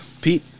Pete